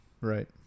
right